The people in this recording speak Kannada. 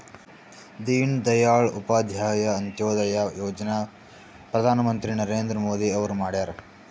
ದೀನ ದಯಾಳ್ ಉಪಾಧ್ಯಾಯ ಅಂತ್ಯೋದಯ ಯೋಜನಾ ಪ್ರಧಾನ್ ಮಂತ್ರಿ ನರೇಂದ್ರ ಮೋದಿ ಅವ್ರು ಮಾಡ್ಯಾರ್